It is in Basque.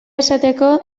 esateko